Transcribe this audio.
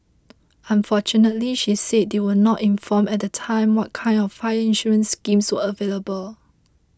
unfortunately she said they were not informed at the time what kinds of fire insurance schemes were available